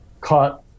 caught